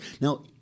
Now